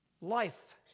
Life